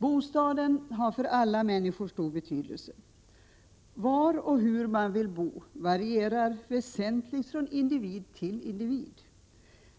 Bostaden har för alla människor stor betydelse. Var och hur man vill bo varierar väsentligt från individ till individ.